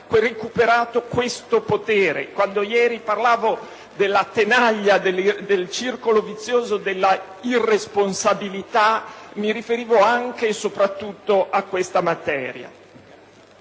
recuperato questo potere. Quando ieri ho parlato della tenaglia del circolo vizioso della irresponsabilità, mi riferivo anche e soprattutto a questa materia.